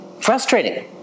Frustrating